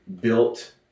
built